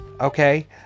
okay